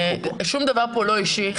שום דבר פה לא אישי,